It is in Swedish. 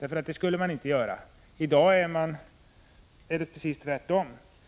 147 — det skulle man inte göra. I dag är det precis tvärtom.